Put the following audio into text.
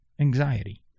anxiety